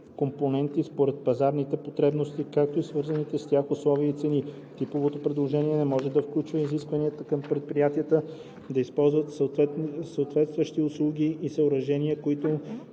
компоненти според пазарните потребности, както и свързаните с тях условия и цени. Типовото предложение не може да включва изисквания към предприятията да използват съпътстващи услуги и съоръжения, които